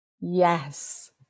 Yes